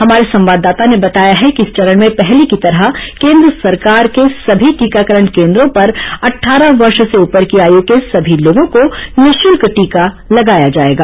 हमारे संवाददाता ने बताया है कि इस चरण में पहले की तरह केन्द्र सरकार के सभी टीकाकरण केन्द्रों पर अट्ठारह वर्ष से ऊपर की आयु के सभी लोगों को निशुल्क टीका लगाया जाएगा